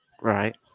Right